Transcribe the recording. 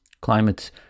climate